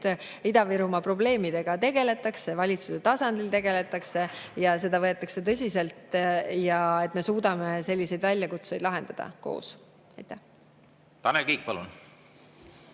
Ida-Virumaa probleemidega tegeldakse, valitsuse tasandil tegeldakse ja neid võetakse tõsiselt ning me suudame selliseid väljakutseid lahendada koos. Jah, hea küsimus.